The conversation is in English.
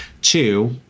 Two